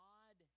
God